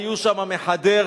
היו שם מחדרה,